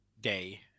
day